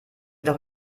doch